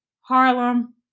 Harlem